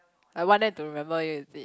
like want them to remember it is it